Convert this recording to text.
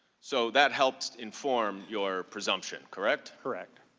so that helps inform your presumption. correct? correct.